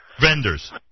Vendors